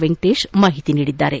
ವೆಂಕಟೇಶ್ ಮಾಹಿತಿ ನೀಡಿದ್ದಾರೆ